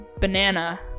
banana